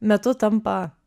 metu tampa